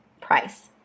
price